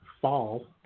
fall